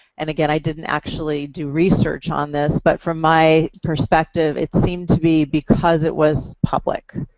and again i didn't actually do research on this, but from my perspective it seemed to be because it was public,